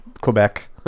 Quebec